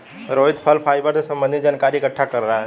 रोहित फल फाइबर से संबन्धित जानकारी इकट्ठा कर रहा है